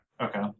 okay